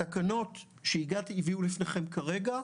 התקנות שהביאו לפניכם כרגע,